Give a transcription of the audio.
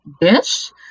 dish